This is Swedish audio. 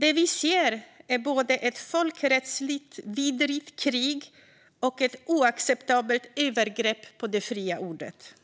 Det vi ser är både ett folkrättsligt vidrigt krig och ett oacceptabelt övergrepp på det fria ordet.